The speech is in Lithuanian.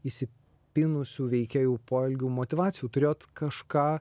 įsipynusių veikėjų poelgių motyvacijų turėjot kažką